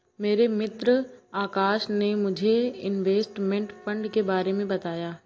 मेरे मित्र आकाश ने मुझे इनवेस्टमेंट फंड के बारे मे बताया